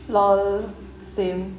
LOL same